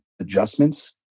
adjustments